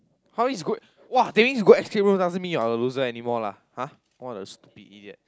how is good !wah! that means go escape room doesn't mean you're a loser anymore lah !huh! one of the stupid idiot